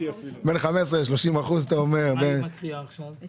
היום על 23' ולהתקין הוראות שעה חדשות.